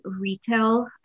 retail